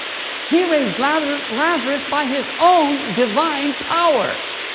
he raised lazarus lazarus by his own divine power,